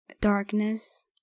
darkness